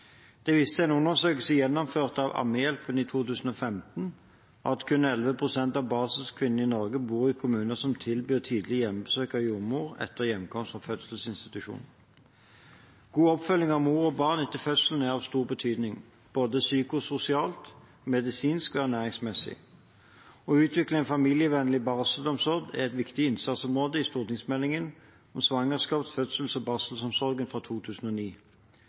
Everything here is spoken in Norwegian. Det vises til en undersøkelse gjennomført av Ammehjelpen for 2015, og at kun rundt 11 pst. av barselkvinnene i Norge bor i kommuner som tilbyr tidlig hjemmebesøk av jordmor etter hjemkomst fra fødselsinstitusjonen. God oppfølging av mor og barn etter fødselen er av stor betydning – både psykososialt, medisinsk og ernæringsmessig. Å utvikle en familievennlig barselomsorg er et viktig innsatsområde i stortingsmeldingen om svangerskaps-, fødsels- og barselomsorgen fra 2009.